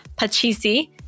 Pachisi